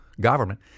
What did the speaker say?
government